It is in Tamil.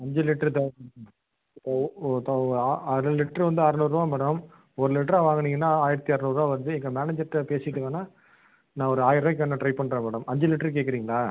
அஞ்சு லிட்டரு தேவைப்படுது ஓ ஓ தா ஓ அரை லிட்டரு வந்து அறுநூறுவா மேடம் ஒரு லிட்டராக வாங்குனிங்கன்னால் ஆயிரத்தி இரநூறுவா வருது எங்கள் மேனேஜர்கிட்ட பேசிட்டு வேணால் நான் ஒரு ஆயரரூவாய்க்கு வேணால் டிரை பண்றேன் மேடம் அஞ்சு லிட்டரு கேக்கறீங்களா